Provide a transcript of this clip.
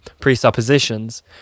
presuppositions